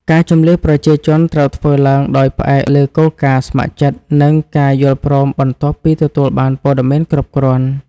ការជម្លៀសប្រជាជនត្រូវធ្វើឡើងដោយផ្អែកលើគោលការណ៍ស្ម័គ្រចិត្ត និងការយល់ព្រមបន្ទាប់ពីទទួលបានព័ត៌មានគ្រប់គ្រាន់។